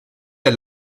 der